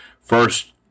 first